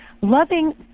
loving